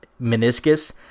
meniscus